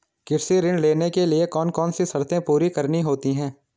कृषि ऋण लेने के लिए कौन कौन सी शर्तें पूरी करनी होती हैं?